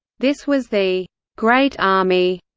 this was the great army,